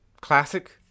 classic